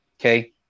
Okay